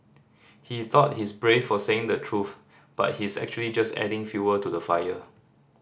he thought he's brave for saying the truth but he's actually just adding fuel to the fire